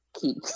keep